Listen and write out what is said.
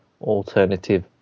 alternative